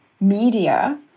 media